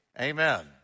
Amen